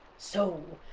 so,